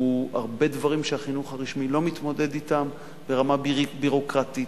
הרבה דברים שהחינוך הרשמי לא מתמודד אתם ברמה הביורוקרטית,